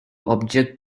object